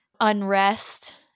unrest